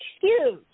Huge